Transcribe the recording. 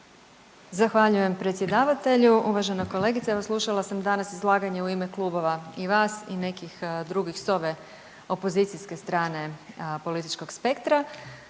Zahvaljujem predsjedavatelju. Uvažena kolegice evo slušala sam danas izlaganje u ime klubova i vas i nekih drugih s ove opozicijske strane političkog spektra.